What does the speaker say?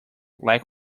lack